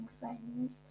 friends